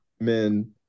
men